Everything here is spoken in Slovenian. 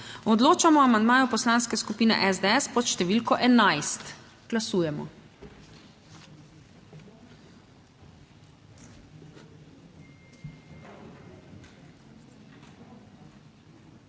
Odločamo o amandmaju Poslanske skupine SDS pod številko 13. Glasujemo.